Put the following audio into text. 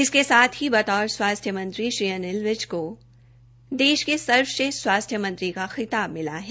इसके साथ ही बतौर स्वास्थ्य मंत्री श्री अनिल विज को देश के सर्वश्रेष्ठ स्वास्थ्य मंत्री का खिताब मिला है